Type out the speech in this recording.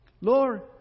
Lord